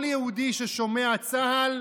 כל יהודי ששומע "צה"ל",